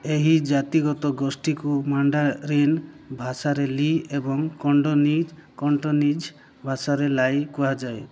ଏହି ଜାତିଗତ ଗୋଷ୍ଠୀକୁ ମାଣ୍ଡାରିନ୍ ଭାଷାରେ ଲି ଏବଂ କଣ୍ଡୋନି କଣ୍ଡୋନିଜ୍ ଭାଷାରେ ଲାଇ କୁହାଯାଏ